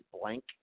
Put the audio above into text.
blank